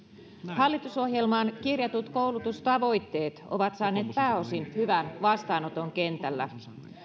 hallitusohjelmaan kirjatut koulutustavoitteet ovat saaneet pääosin hyvän vastaanoton kentällä